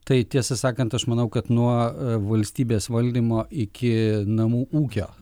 tai tiesą sakant aš manau kad nuo valstybės valdymo iki namų ūkio